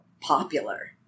popular